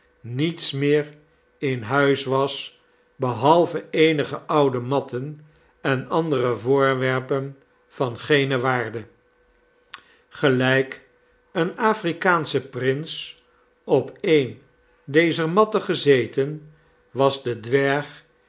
niets meer in huis was behalve eenige oude matten en andere voorwerpen van geene waarde gelijk een afnkaansche prins op een dezer matten gezeten was de dwerg